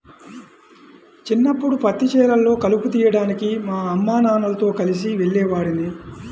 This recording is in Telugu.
చిన్నప్పడు పత్తి చేలల్లో కలుపు తీయడానికి మా అమ్మానాన్నలతో కలిసి వెళ్ళేవాడిని